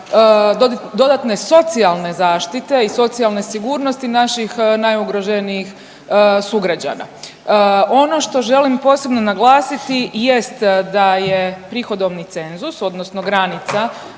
dodatne socijalne zaštite i socijalne sigurnosti naših najugroženijih sugrađana. Ono što želim posebno naglasiti jest da je prihodovni cenzus odnosno granica